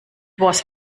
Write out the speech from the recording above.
was